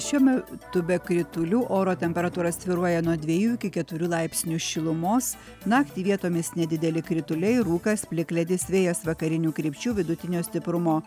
šiuo metu be kritulių oro temperatūra svyruoja nuo dviejų iki keturių laipsnių šilumos naktį vietomis nedideli krituliai rūkas plikledis vėjas vakarinių krypčių vidutinio stiprumo